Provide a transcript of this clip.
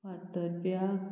फात्तरप्या